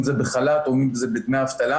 אם זה בחל"ת או אם זה בדמי אבטלה.